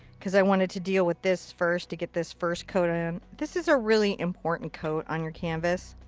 cause i wanted to deal with this first, to get this first coat in. this is a really important coat on your canvas.